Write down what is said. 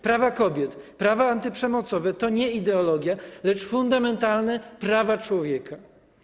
Prawa kobiet, prawa antyprzemocowe to nie ideologia, lecz fundamentalne prawa człowieka.